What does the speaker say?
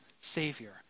Savior